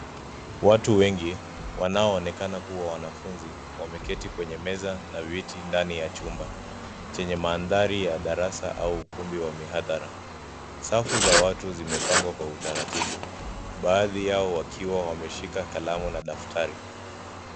Watu wengi wanaoonekana kuwa wanafunzi wameketi kwenye meza na viti ndani ya chumba chenye mandhari ya darasa au ukumbi wa mihadhara, safu za watu zimepangwa kwa utaratibu baadhi yao wakiwa wameshika kalamu na daftari.